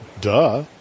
duh